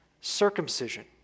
circumcision